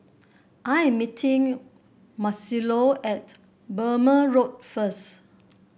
I am meeting Marcelo at Burmah Road first